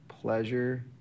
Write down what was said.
pleasure